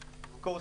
קורסים.